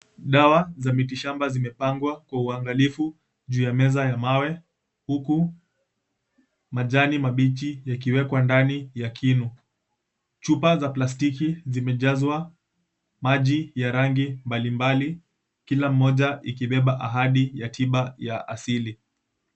Dawa za miti shamba zimepangwa kwa uangalifu juu ya meza ya mawe huku majani mabichi yakiwekwa ndani ya kinu. Chupa za plastiki zimejazwa maji ya rangi mbalimbali kila mmoja ikibeba ahadi ya tiba ya asili.